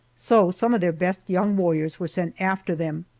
so some of their best young warriors were sent after them.